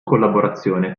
collaborazione